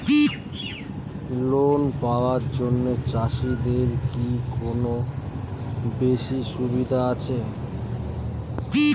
Loan পাওয়ার জন্য চাষিদের কি কোনো বিশেষ সুবিধা আছে?